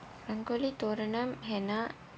rangoli தோரணம்:thoranam henna